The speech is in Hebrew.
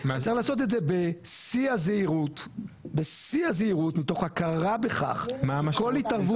צריך לעשות את זה בשיא הזהירות בשיא הזהירות מתוך הכרה בכך שכל התערבות.